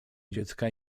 dziecka